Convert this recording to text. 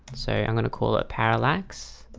so i'm gonna call it parallax.